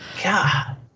God